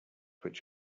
which